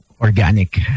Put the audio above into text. organic